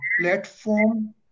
platform